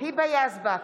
היבה יזבק,